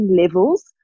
levels